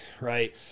right